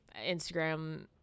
Instagram